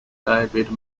david